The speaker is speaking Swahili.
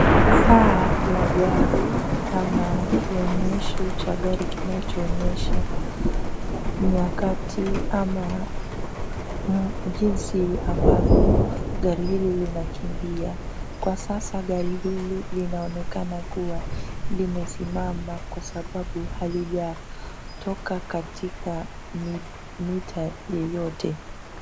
Saa ya gari ama kionyesho cha gari kinachoonyesha nyakati ama jinsi ambavyo gari hili linakimbia. Kwa sasa gari hili linaonekana kuwa limesimama kwa sababu halijatoka katika mita yeyote.